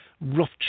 rough